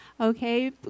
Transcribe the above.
okay